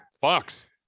Fox